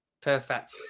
Perfect